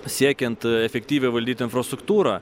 siekiant efektyviai valdyti infrastruktūrą